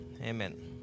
Amen